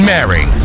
Mary